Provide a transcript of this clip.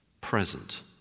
present